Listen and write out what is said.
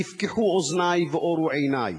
נפקחו אוזני ואורו עיני.